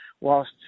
Whilst